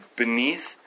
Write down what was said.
beneath